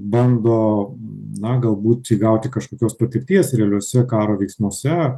bando na galbūt įgauti kažkokios patirties realiuose karo veiksmuose